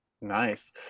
Nice